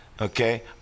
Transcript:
Okay